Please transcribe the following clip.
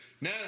Now